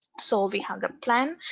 sort of we have the plan,